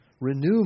Renew